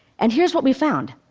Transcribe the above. and here's what we found.